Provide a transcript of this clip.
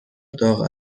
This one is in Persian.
داغ